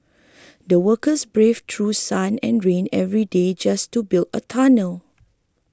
the workers braved through sun and rain every day just to build a tunnel